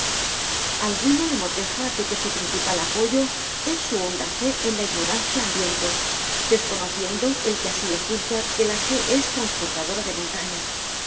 alguno le moteja de que su principal apoyo es su honda fe en la ignorancia ambiente desconociendo el que así le juzga que la fe es transportadora de montañas